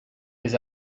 his